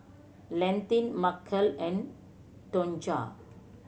Landin Markell and Tonja